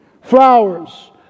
Flowers